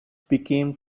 became